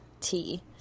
tea